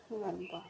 ଗର୍ବ